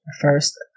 First